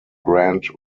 grand